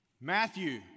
Matthew